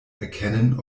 erkennen